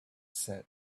said